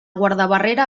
guardabarrera